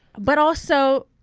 but also,